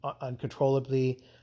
uncontrollably